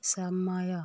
ସମୟ